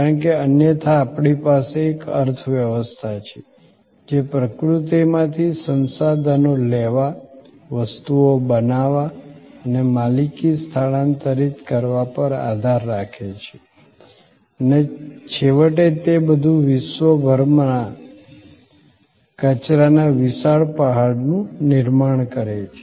કારણ કે અન્યથા આપણી પાસે એક અર્થવ્યવસ્થા છે જે પ્રકૃતિમાંથી સંસાધનો લેવા વસ્તુઓ બનાવવા અને માલિકી સ્થાનાંતરિત કરવા પર આધાર રાખે છે અને છેવટે તે બધું વિશ્વભરમાં કચરાના વિશાળ પહાડનું નિર્માણ કરે છે